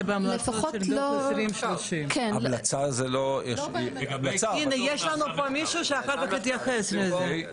זה בהמלצות של דוח 2030. יש לנו פה מישהו שאחר כך יתייחס לזה.